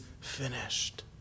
finished